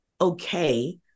okay